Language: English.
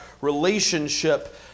relationship